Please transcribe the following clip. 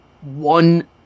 one